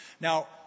Now